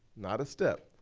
not a step,